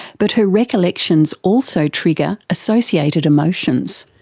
but her recollections also trigger associated emotions.